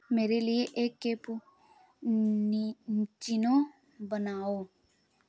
मेरे लिए एक कैपुनीनीचीनो बनाओ